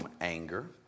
anger